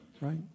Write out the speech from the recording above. right